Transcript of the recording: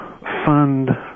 fund